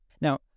Now